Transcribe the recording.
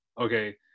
okay